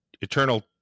eternal